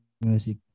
music